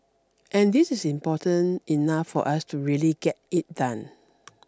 and this is important enough for us to really get it done